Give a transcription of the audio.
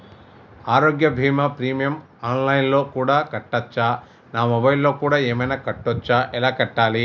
ఆరోగ్య బీమా premium online లో కూడా కట్టచ్చా? నా మొబైల్లో కూడా ఏమైనా కట్టొచ్చా? ఎలా కట్టాలి?